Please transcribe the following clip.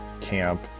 camp